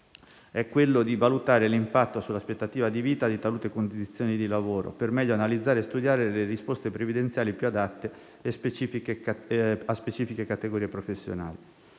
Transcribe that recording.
è valutare l'impatto sull'aspettativa di vita di talune condizioni di lavoro per meglio analizzare e studiare le risposte previdenziali più adatte a specifiche categorie professionali.